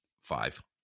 five